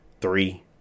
three